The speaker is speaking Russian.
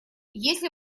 если